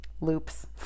Loops